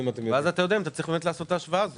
אז אתה יודע אם אתה צריך לעשות את ההשוואה הזאת.